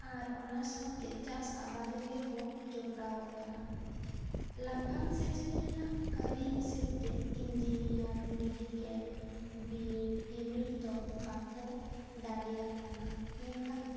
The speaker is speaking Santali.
ᱟᱨ ᱚᱱᱟ ᱥᱟᱶ ᱛᱮ ᱪᱟᱥ ᱟᱵᱟᱫᱽ ᱨᱮᱜᱮ ᱠᱚ ᱡᱚᱯᱚᱲᱟᱣ ᱟᱠᱟᱱᱟ ᱞᱟᱯᱷᱟᱝ ᱥᱮᱪᱮᱫ ᱨᱮᱱᱟᱜ ᱠᱟᱹᱨᱤ ᱦᱤᱥᱟᱹᱵᱽ ᱛᱮ engineer medical B Ed M Ed ᱫᱚ ᱵᱟᱠᱚ ᱫᱟᱲᱮᱭᱟᱜ ᱠᱟᱱᱟ ᱢᱮᱱᱠᱷᱟᱱ